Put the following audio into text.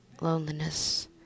loneliness